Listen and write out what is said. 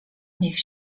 niech